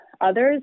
others